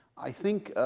i think,